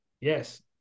Yes